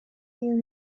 hear